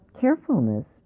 carefulness